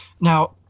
Now